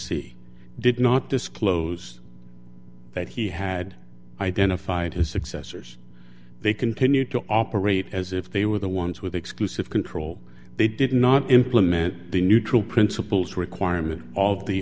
see did not disclose that he had identified his successors they continue to operate as if they were the ones with exclusive control they did not implement the neutral principles requirement of the